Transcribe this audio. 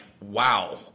Wow